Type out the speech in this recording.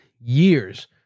years